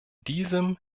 diesem